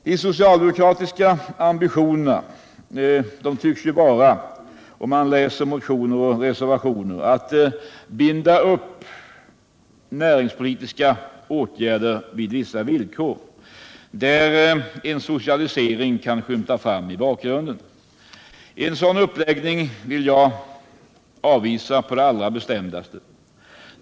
De socialdemokratiska ambitionerna som de framgår av motioner och reservationer tycks vara att binda upp näringspolitiska åtgärder vid vissa villkor, varvid en socialisering kan skymta fram i bakgrunden. En sådan uppläggning vill jag avvisa på det allra bestämdaste.